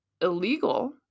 illegal